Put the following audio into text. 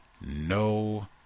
no